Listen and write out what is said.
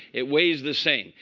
it weighs the same.